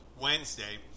Wednesday